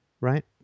Right